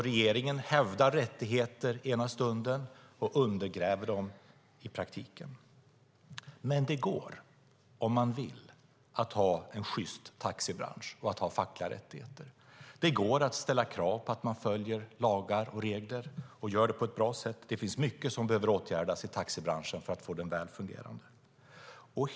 Regeringen hävdar rättigheter ena stunden men undergräver dem i praktiken. Men det går - om man vill - att ha en sjyst taxibransch och ha fackliga rättigheter. Det går att ställa krav på att man följer lagar och regler och gör det på ett bra sätt. Det finns mycket som behöver åtgärdas i taxibranschen för att få den att fungera väl.